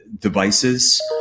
devices